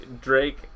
Drake